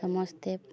ସମସ୍ତେ